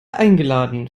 eingeladen